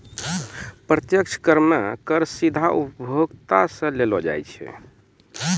प्रत्यक्ष कर मे कर सीधा उपभोक्ता सं लेलो जाय छै